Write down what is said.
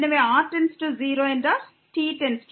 எனவே r→0 என்றால் t→∞